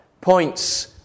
points